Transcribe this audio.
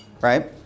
right